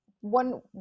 one